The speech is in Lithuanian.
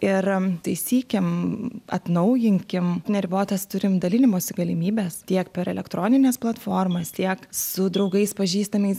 ir taisykim atnaujinkim neribotas turim dalinimosi galimybes tiek per elektronines platformas tiek su draugais pažįstamais